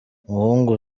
muhungu